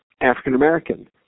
African-American